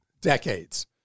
decades